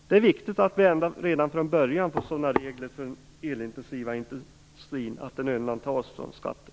Det är viktigt att vi redan från början får sådana regler för den elintensiva industrin att den undantas från skatten.